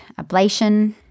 ablation